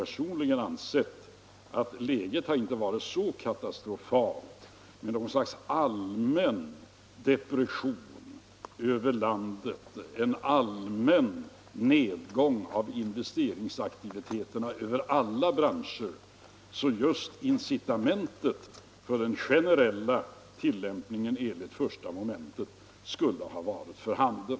Personligen har jag ansett att läget inte varit så katastrofalt — med något slags allmän depression över landet, en allmän nedgång i investeringsaktiviteterna över alla branscher — att just incitamentet för den generella tillämpningen enligt 1 mom. skulle ha varit för handen.